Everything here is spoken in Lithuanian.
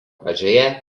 pradžioje